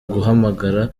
guhamagara